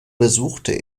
besuchte